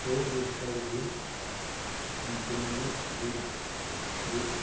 कोई भी सब्जी जमिनोत बीस